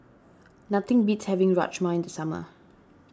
nothing beats having Rajma in the summer